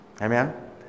Amen